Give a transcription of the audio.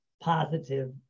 positive